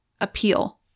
appeal